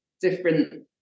different